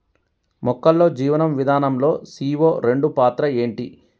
మొక్కల్లో జీవనం విధానం లో సీ.ఓ రెండు పాత్ర ఏంటి?